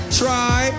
try